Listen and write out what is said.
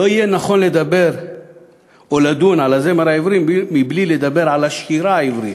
לא יהיה נכון לדבר או לדון על הזמר העברי מבלי לדבר על השירה העברית.